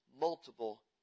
multiple